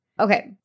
Okay